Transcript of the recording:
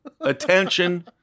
attention